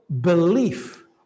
belief